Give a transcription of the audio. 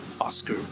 Oscar